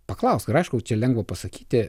paklausk ir aišku čia lengva pasakyti